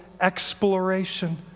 exploration